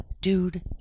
dude